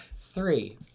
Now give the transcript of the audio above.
three